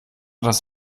das